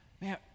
Man